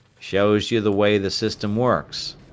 shows you the way the system works.